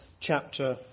chapter